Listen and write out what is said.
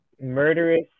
Murderous